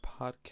podcast